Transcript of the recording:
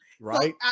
Right